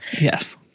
Yes